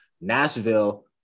Nashville